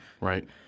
Right